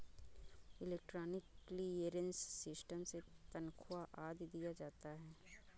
electronic clearance system से तनख्वा आदि दिया जाता है